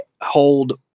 hold